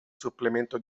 supplemento